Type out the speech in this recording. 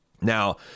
Now